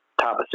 top